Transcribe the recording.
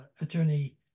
Attorney